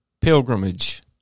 pilgrimage